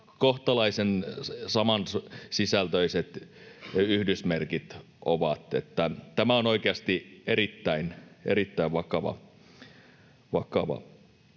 kohtalaisen samansisältöiset yhdysmerkit ovat. Tämä on oikeasti erittäin vakava